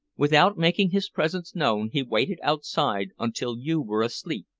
without making his presence known he waited outside until you were asleep,